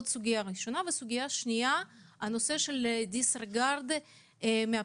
סוגיה שניה היא הנושא של דיסריגרד מהפנסיה.